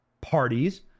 parties